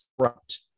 corrupt